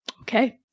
okay